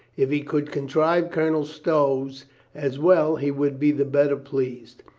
if he could contrive colonel stow's as well, he would be the better pleased.